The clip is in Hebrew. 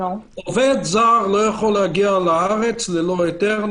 עובד זר לא יכול להגיע לארץ ללא היתר.